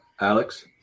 Alex